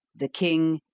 the king,